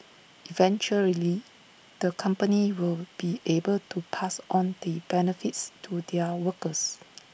eventually the companies will be able to pass on the benefits to their workers